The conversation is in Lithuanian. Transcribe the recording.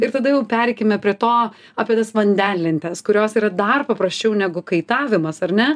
ir tada jau pereikime prie to apie tas vandenlentes kurios yra dar paprasčiau negu kaitavimas ar ne